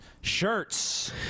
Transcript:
Shirts